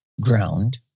ground